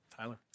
Tyler